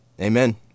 Amen